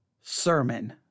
sermon